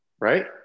Right